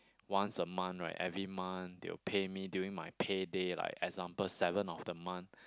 once a month right every month they will pay me during my payday like example seventh of the month